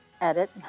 edit